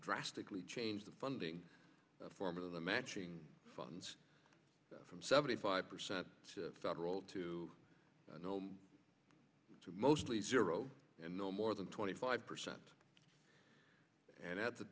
drastically change the funding formula matching funds from seventy five percent federal to mostly zero and no more than twenty five percent and at the